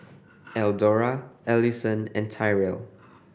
Eldora Allisson and Tyrell